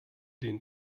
den